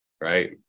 right